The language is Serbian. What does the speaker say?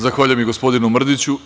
Zahvaljujem, gospodine Mrdiću.